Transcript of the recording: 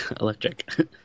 electric